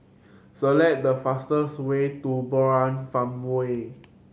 select the fastest way to Murai Farmway